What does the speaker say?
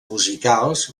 musicals